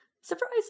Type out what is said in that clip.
Surprise